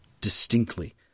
distinctly